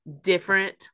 different